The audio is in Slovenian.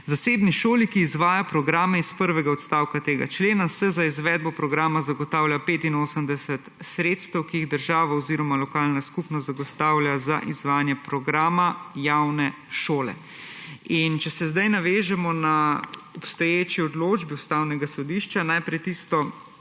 »Zasebni šoli, ki izvaja programe iz prvega odstavka tega člena, se za izvedbo programa zagotavlja 85 odstotkov sredstev, ki jih država oziroma lokalna skupnost zagotavlja za izvajanje programa javne šole.« In če se sedaj navežemo na obstoječi odločbi Ustavnega sodišča, najprej na tisto